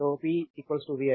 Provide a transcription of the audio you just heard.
तो P vi